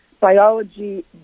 biology